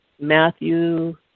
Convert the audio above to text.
Matthew